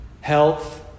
health